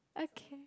okay